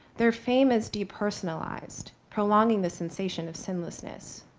their fame is depersonalized prolonging the sensation of sinlessness.